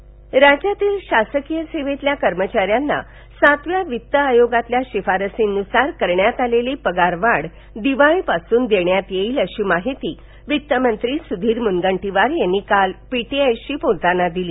सातवा वित्त आयोग राज्यातील शासकीय सेवेतील कर्मचाऱ्यांना सातव्या वित्त आयोगातील शिफारशीनुसार करण्यात आलेली पगारवाढ दिवाळीपासून देण्यात येईल अशी माहिती वित्त मंत्री सुधीर मुनगंटीवार यांनी काल पीटीआय शी बोलताना दिली